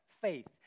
faith